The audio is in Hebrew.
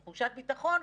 תחושת ביטחון,